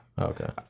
Okay